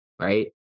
right